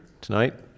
tonight